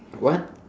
what